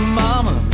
mama